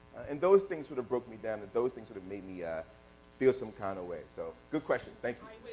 and those things sort of broke me down and those things sort of made me ah feel some kind of way so good question. thank